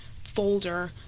folder